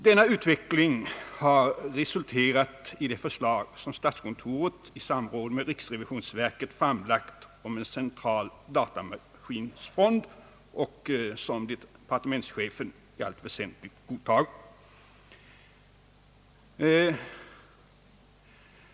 Denna utveckling har resulterat i det förslag som statskontoret i samråd med riksrevisionsverket framlagt om en central datamaskinfond och vilket departementschefen i allt väsentligt godtagit.